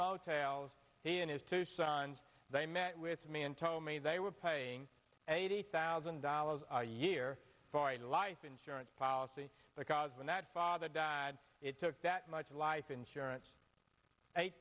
motels he and his two sons they met with me and told me they were paying eighty thousand dollars a year for a life insurance policy because when that father died it took that much life insurance eight